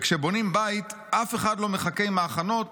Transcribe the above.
כשבונים בית אף אחד לא מחכה עם ההכנות